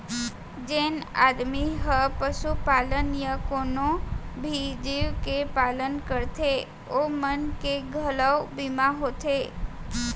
जेन आदमी ह पसुपालन या कोनों भी जीव के पालन करथे ओ मन के घलौ बीमा होथे